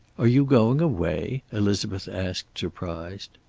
are you going away? elizabeth asked, surprised.